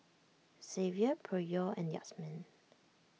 Zavier Pryor and Yazmin